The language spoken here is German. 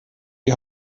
die